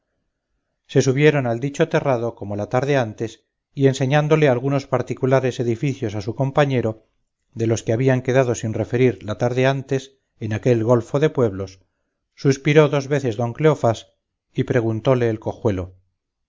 se subieron al dicho terrado como la tarde antes y enseñándole algunos particulares edificios a su compañero de los que habían quedado sin referir la tarde antes en aquel golfo de pueblos suspiró dos veces don cleofás y preguntóle el cojuelo